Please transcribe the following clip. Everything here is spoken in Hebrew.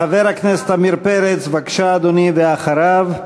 חבר הכנסת עמיר פרץ, בבקשה, אדוני, ואחריו,